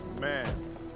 Man